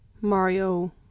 mario